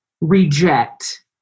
reject